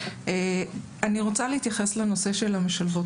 אני רוצה להתייחס לנושא של המשלבות.